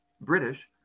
British